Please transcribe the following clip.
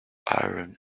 iron